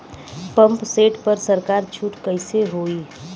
Pump set पर सरकार छूट कईसे होई?